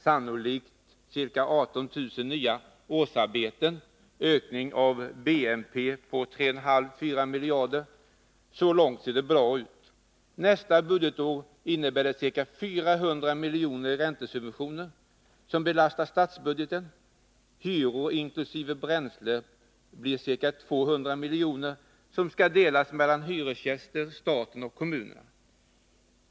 Sannolikt ca 18 000 nya årsarbeten. En ökning av BNP med 3,54 miljarder. Så långt ser det bra ut. Nästa budgetår innebär förslaget ca 400 miljoner i räntesubventioner, som belastar statsbudgeten. Hyrorna inkl. bränsle uppgår till ca 200 miljoner, som skall delas mellan hyresgästerna, staten och kommunerna.